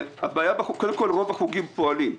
קודם כל, רוב החוגים פועלים.